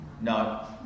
No